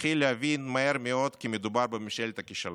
מתחיל להבין מהר מאוד כי מדובר בממשלת הכישלון.